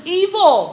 evil